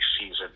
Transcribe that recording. season